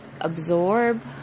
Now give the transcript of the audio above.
absorb